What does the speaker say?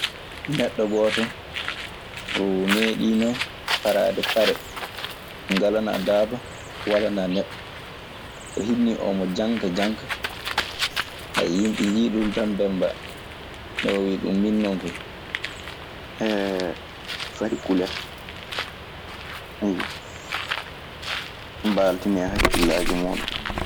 Neɗɗo gooto o meeɗiino paraade pare. Ngalanaa daaba, walanaa neɗɗo. O hinnii omo janka janka. Yimɓe njii ɗun tan, mbembaa. Nden o wii "ɗun min non koyi.".